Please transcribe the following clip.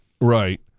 Right